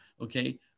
okay